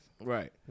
Right